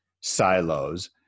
silos